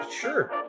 Sure